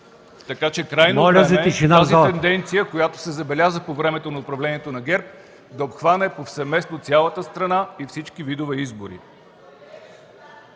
ВУЧКОВ: Крайно време е тази тенденция, която се забеляза по времето на управлението на ГЕРБ, да обхване повсеместно цялата страна и всички видове избори.